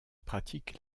pratique